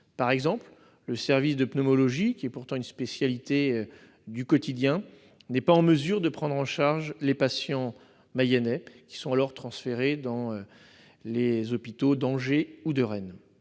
Par exemple, le service de pneumologie, qui est pourtant une spécialité du quotidien, n'est pas en mesure de prendre en charge les patients mayennais, qui sont alors transférés dans les hôpitaux d'Angers ou de Rennes.